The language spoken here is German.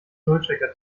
nullchecker